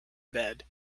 bed